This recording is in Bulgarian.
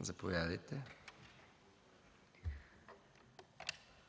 Заповядайте.